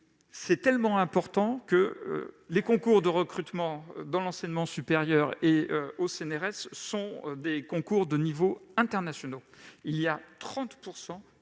tellement importante que les concours de recrutement dans l'enseignement supérieur et au CNRS sont des concours de niveau international. En effet,